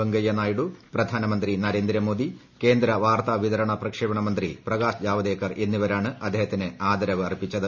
വെങ്കയ്യ നായിഡു പ്രധാനമന്ത്രി നരേന്ദ്രമോദി കേന്ദ്ര വാർത്താ വിതരണ്ണ പ്രക്ഷേപണ മന്ത്രി പ്രകാശ് ജാവദേക്കർ എന്നിവരാണ് കൃഷ്ട്ടേഹത്തിന് ആദരവ് അർപ്പിച്ചത്